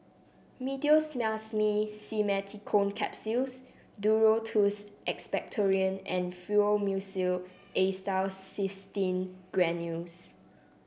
Meteospasmyl Simeticone Capsules Duro Tuss Expectorant and Fluimucil Acetylcysteine Granules